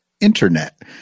internet